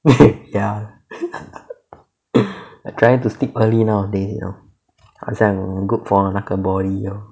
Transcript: ya I trying to sleep early nowadays you know 好像 good for 那个 body you know